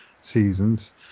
seasons